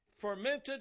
fermented